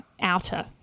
outer